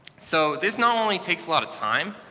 so this not only takes a lot of time,